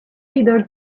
reader